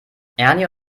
ernie